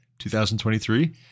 2023